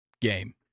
game